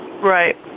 Right